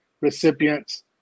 recipients